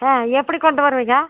ஆ எப்படி கொண்டு வருவீங்க